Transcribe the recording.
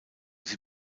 sie